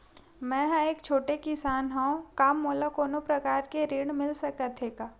मै ह एक छोटे किसान हंव का मोला कोनो प्रकार के ऋण मिल सकत हे का?